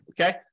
okay